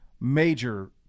major